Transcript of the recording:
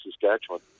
Saskatchewan